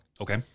Okay